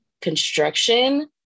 construction